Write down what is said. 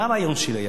מה היה הרעיון שלי?